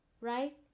right